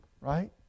Right